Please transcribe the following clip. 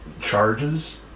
charges